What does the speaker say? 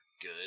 good